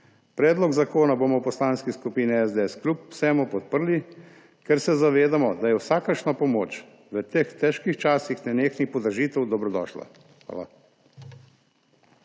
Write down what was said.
Predlog zakona bomo v Poslanski skupini SDS kljub vsemu podprli, ker se zavedamo, da je vsakršna pomoč v teh težkih časih nenehnih podražitev dobrodošla. Hvala.